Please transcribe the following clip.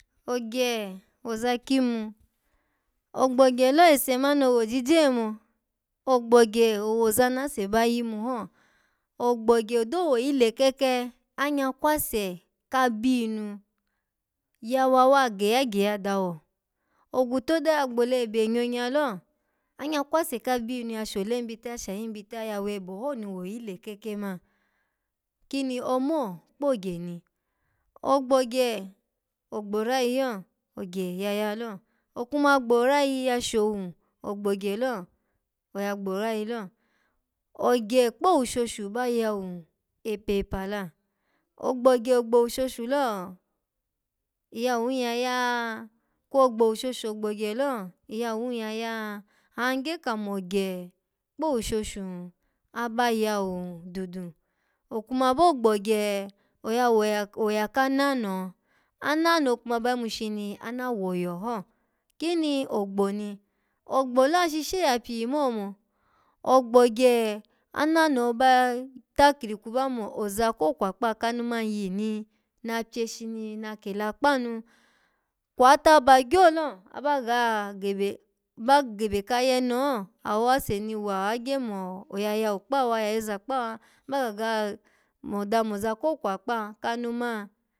Ogye woza kimu ogbogye lo esemani owojije omo ogbogye owoza nase ba yimu ho, ogbogye odo woyi lekeke, anyakwase kabiyinu ya wawa geyagye ya dawo ogwutoda ya gbola ebe nyonya lo, anyakwase kabiyinu pini ya shole hin bita, shayi hin bita ya webe ho ni woyi lekeke man, kini omo kpogye ni ogbogye ogborayi lo, ogye ya yalo. Okuma gborayi ya showu gbogye lo, oya gborayi lo ogyo kpowushoshu ba yawu epepa la ogbogye ogbo owushoshu lo iyawu hin ya ya? Kwo gbogye ogbowushoshu lo, iyawu hun ya ya? An gye kamo ogye kpo owushoshu aba yawu dudu okuma bo gbogye oya woya-oya kanano. Anano kuma ba yimu shini ana woya ho, kini ogbo ni ogbo lo ashishe ya pyiyi ya mo omo ogbogye ananoho ba takurku ba mo oza ko kwakpaha kanu man yini? Na pye shini na kela kpanu kwataba gyo lo, aba ga gebeba gebe kayene ho, awase ni wa agye mo oya yawu kpaha ya yoza kpawa aba gaga mo damoza ko kwakpaha kanu man.